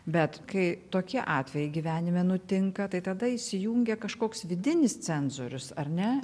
bet kai tokie atvejai gyvenime nutinka tai tada įsijungia kažkoks vidinis cenzorius ar ne